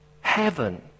heaven